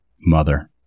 Mother